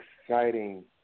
exciting